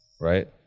right